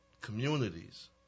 communities